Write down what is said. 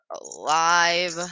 alive